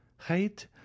Hate